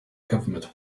government